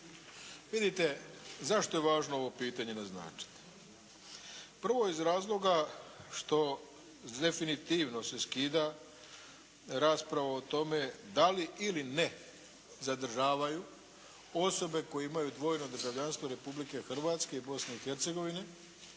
Vidite zašto je važno ovo pitanje naznačiti. Prvo iz razloga što definitivno se skida rasprava o tome da li ili ne zadržavaju osobe koje imaju dvojno državljanstvo Republike Hrvatske i Bosne i Hercegovine,